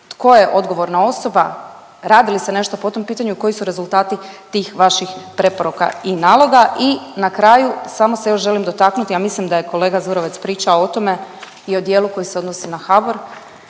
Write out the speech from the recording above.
Tko je odgovorna osoba, radi li se nešto po tom pitanju i koji su rezultati tih vaših preporuka i naloga. I na kraju, samo se još želim dotaknuti, a mislim da je kolega Zurovec pričao o tome, i o djelu koji se odnosi na HBOR